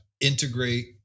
integrate